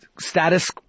status